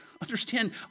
understand